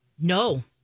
No